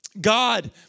God